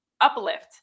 uplift